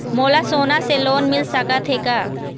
मोला सोना से लोन मिल सकत हे का?